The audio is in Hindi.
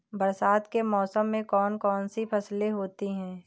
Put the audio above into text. बरसात के मौसम में कौन कौन सी फसलें होती हैं?